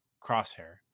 Crosshair